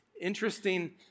Interesting